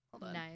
Nice